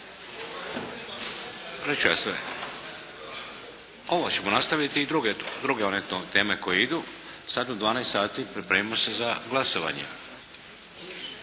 ću vam sve. Ovo ćemo nastaviti i druge one teme koje idu. Sad u 12 sati pripremimo se za glasovanje.